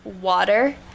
water